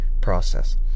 process